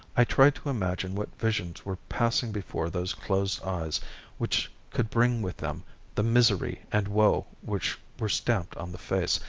i tried to imagine what visions were passing before those closed eyes which could bring with them the misery and woe which were stamped on the face,